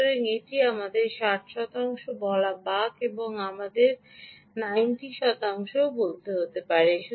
সুতরাং এটি আমাদের 60 শতাংশ বলা যাক এবং এটি আমাদের 90 বলতে দেয়